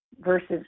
versus